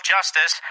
Justice